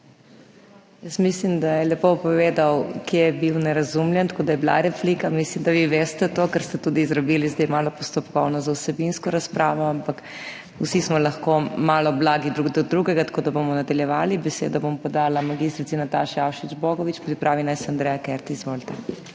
Mislim, da je lepo povedal, kje je bil nerazumljen, tako da je bila replika. Mislim, da vi veste to, ker ste tudi izrabili zdaj malo postopkovno za vsebinsko razpravo, ampak vsi smo lahko malo blagi drug do drugega, tako da bomo nadaljevali. Besedo bom podala mag. Nataši Avšič Bogovič, pripravi naj se Andreja Kert. Izvolite.